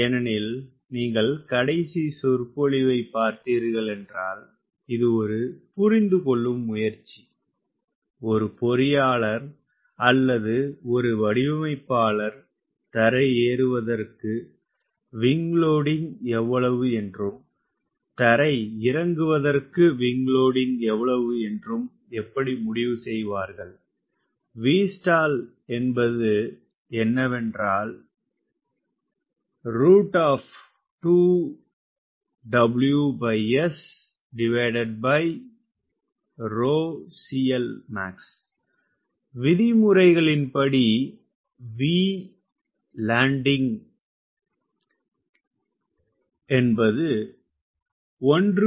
ஏனெனில் நீங்கள் கடைசி சொற்பொழிவைப் பார்த்தீர்களென்றால் இது ஒரு புரிந்துகொள்ளும் முயற்சி ஒரு பொறியாளர் அல்லது ஒரு வடிவமைப்பாளர் தரை ஏறுவதற்கு விங் லோடிங் எவ்வளவு என்றும் தரை இறங்குவதற்கு விங் லோடிங் எவ்வளவு என்றும் எப்படி முடிவு செய்வார்கள் Vstall என்பது என்னவென்றால் விதிமுறைகளின்படி VLO என்பது 1